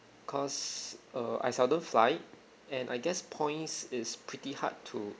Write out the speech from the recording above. cause uh seldom fly and I guess points is pretty hard to